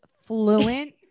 fluent